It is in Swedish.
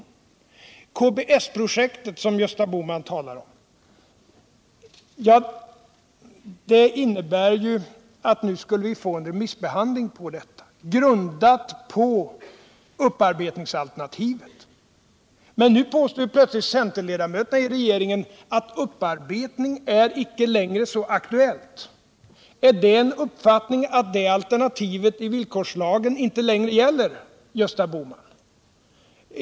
När det gäller KBS-programmet, som Gösta Bohman talar om, skulle vi nu få en remissbehandling. Detta program är grundat på upparbetningsalternativet. Men nu påstår plötsligt centerledamöterna i regeringen att upparbetning inte längre är någonting så aktuellt. Är det er uppfattning att det alternativet i villkorslagen inte längre gäller, Gösta Bohman?